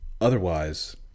otherwise